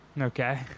Okay